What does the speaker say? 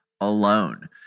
alone